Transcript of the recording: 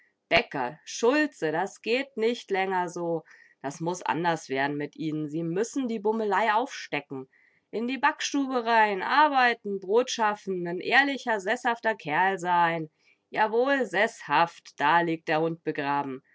bäcker schulze das geht nich länger so das muß anders werden mit ihnen sie müssen die bummelei aufstecken in die backstube rein arbeiten brot schaffen n ehrlicher seßhafter kerl sein jawohl seßhaft da liegt der hund begraben